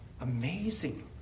amazing